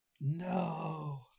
No